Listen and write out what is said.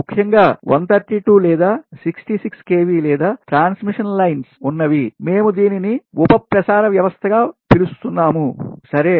ముఖ్యంగా 132 లేదా 66 kV లేదా ట్రాన్స్మిషన్ లైన్న్లు ఉన్నవి మేము దీనిని ఉప ప్రసార వ్యవస్థగా పిలుస్తున్నాము సరే